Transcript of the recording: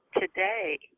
today